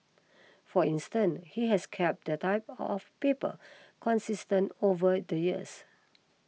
for instance he has kept the type of paper consistent over the years